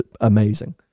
amazing